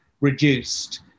reduced